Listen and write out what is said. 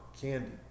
candy